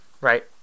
Right